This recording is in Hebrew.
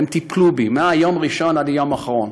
והם טיפלו בי מהיום הראשון עד היום האחרון,